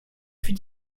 fut